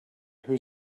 who